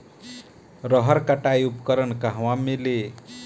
रहर कटाई उपकरण कहवा मिली?